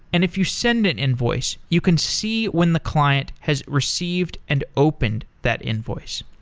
and if you send an invoice, you can see when the client has received and opened that invoice.